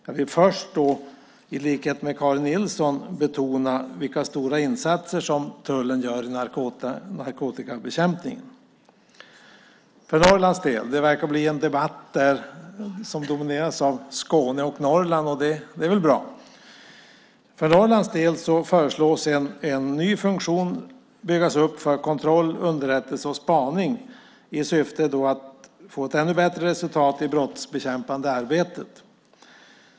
Jag vill först, i likhet med Karin Nilsson, betona de stora insatser som tullen gör i narkotikabekämpningen. Det verkar bli en debatt som domineras av Skåne och Norrland. Det är väl bra. För Norrlands del föreslås en ny funktion byggas upp för kontroll, underrättelse och spaning i syfte att få ett ännu bättre resultat i det brottsbekämpande arbetet.